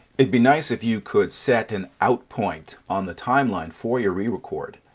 it'd be nice if you could set an out point on the timeline for your re-record,